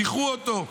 מיחו אותו.